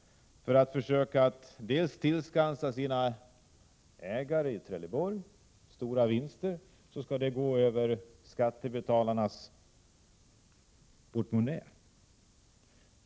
För att tillskansa ägarna i Trelleborg stora vinster vill man få pengar från skattebetalarnas portmonnäer.